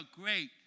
great